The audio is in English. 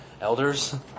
elders